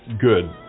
good